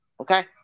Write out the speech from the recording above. okay